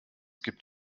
gibt